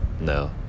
No